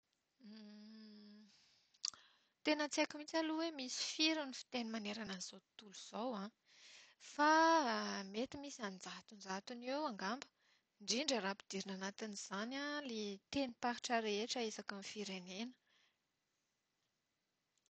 Tena tsy haiko mihitsy aloha hoe misy firy ny fiteny manerana an'izao tontolo izao an. Fa misy an-jatonjatony eo angamba. Indrindra raha ampidirina anatin'izany ny tenim-paritra rehetra isaky ny firenena.